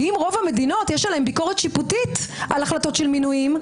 כי אם ברוב המדינות יש ביקורת שיפוטית בהחלטות של מינויים,